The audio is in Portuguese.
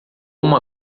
uma